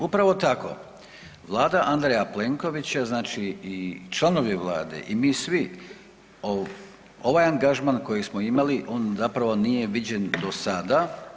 Upravo tako, Vlada Andreja Plenkovića, znači i članovi Vlade i mi svi ovaj angažman kojeg smo imali on zapravo nije viđen do sada.